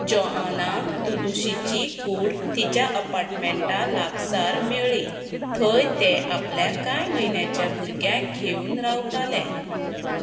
Joanna तुदुशीची कूड तिच्या अपार्टमेंटा लागसार मेळ्ळी थंय तें आपल्या कांय म्हयन्यांच्या भुरग्याक घेवन रावतालें